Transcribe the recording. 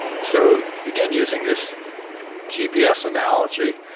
so again, using this gps analogy,